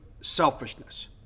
selfishness